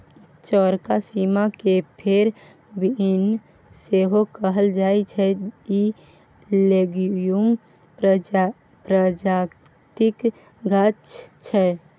चौरका सीम केँ फेब बीन सेहो कहल जाइ छै इ लेग्युम प्रजातिक गाछ छै